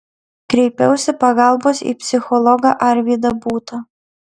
kreipiausi pagalbos į psichologą arvydą būtą